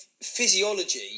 physiology